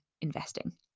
investing